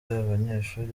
abanyeshuri